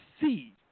see